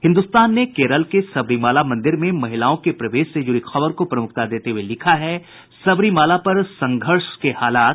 हिन्दुस्तान ने केरल के सबरीमाला मंदिर में महिलाओं के प्रवेश से जुड़ी खबर को प्रमुखता देते हुये लिखा है सबरीमाला पर संघर्ष के हालात